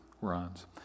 runs